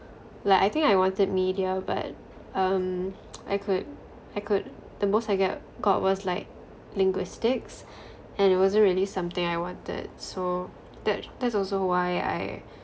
like I think I wanted media but um I could I could the most I get got was like linguistics and it wasn't really something I wanted so that that's also why I